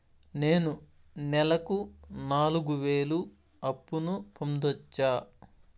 నేను నెలకు నాలుగు వేలు అప్పును పొందొచ్చా?